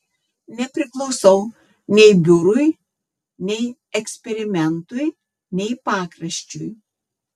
nepriklausau nei biurui nei eksperimentui nei pakraščiui